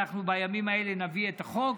בימים האלה נביא את החוק,